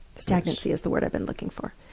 stagnancy is the word i've been looking for.